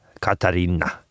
Katarina